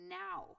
now